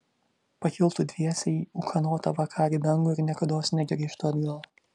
pakiltų dviese į ūkanotą vakarį dangų ir niekados negrįžtų atgal